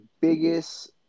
biggest